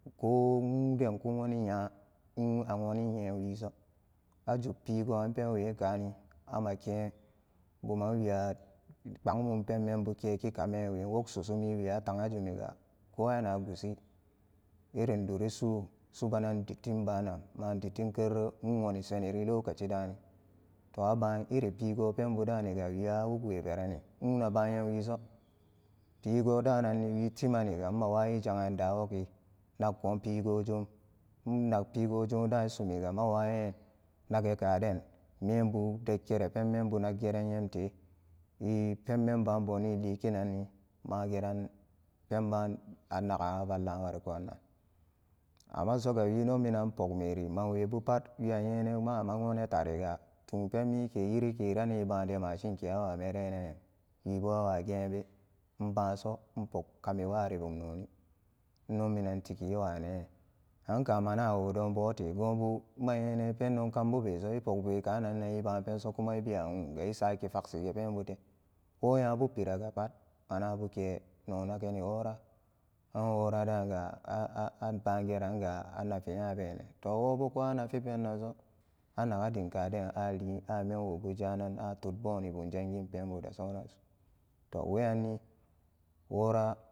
Ko wuun den ku woni nya a wonin nyam wiso a jub pigran penmiwe kaani nmaken buma wia saman kpbang mum pen mem bu kalinan i wog susu miwe ga a ta'a jumi ga ko ana gushi irin duri suk subalan dittim maan dittim kerere wuun wooni sheni penbu daaniga nwuk we ke raniga nwuun a baan nyam a baan nyam wiso pigo dani witimaniga ima wayin jaan na wogi nakkon pogo joom nnak pigo jom daan sumiga ma wayi n nagan kaa den membu i dekker pen membu naggeran i penmembaan boni liki nani mageran pen baan anagan avallanan amma soga wino minan pog weri man webu pat wi a nyenan mama nwonan tariya tuun pen mike yirike rane baane jemashin ke awa merinan nyam wibo nwageenbe nbaanso npok kami wari bum noni nno minan tigi wane anka mana wo donbu te goon bu nmanyenan pendon kambube so ai pogbe kananan i baan penso kuma i pewa wuun i saki faksi ge penbufe wo nya bu pirama manabu kepe noom nagani wora an wora daan ga a'a baan geran ga anafi nyabene to wobo ko anafi pendonso anaga dim kade aliin a menwobu jaanan a tebboni bam jangin pena da souransu to weyanni wora a.